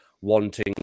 wanting